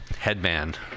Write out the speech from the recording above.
headband